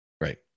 right